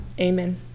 Amen